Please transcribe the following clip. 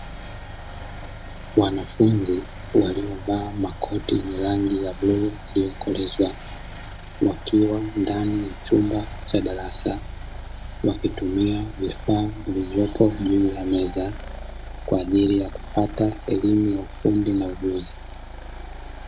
Wanafunzi waliovaa makoti yenye rangi ya bluu iliyokolezwa wakiwa ndani ya chumba cha darasa, wakitumia vifaa vilivyopo juu ya meza kwa ajili ya kupata elimu ya ufundi na ujuzi.